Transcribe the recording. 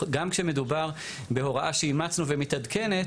גם כשמדובר בהוראה שאימצנו ומתעדכנת,